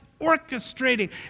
orchestrating